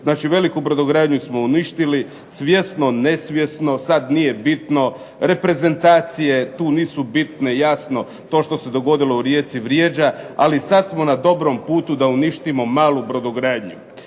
Znači veliku brodogradnju smo uništili svjesno, nesvjesno, sad nije bitno. Reprezentacije tu nisu bitne jasno. To što se dogodilo u Rijeci vrijeđa, ali sad smo na dobrom putu da uništimo malu brodogradnju.